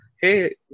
hey